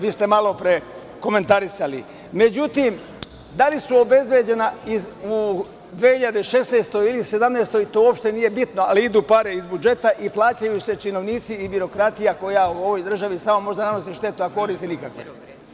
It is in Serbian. Vi ste malo pre komentarisali, međutim, da li su obezbeđena u 2016. ili 2017. godini to uopšte nije bitno, ali idu pare iz budžeta i plaćaju se činovnici i birokratija koja u ovoj državi samo može da nanosi štetu, a koristi nikakve.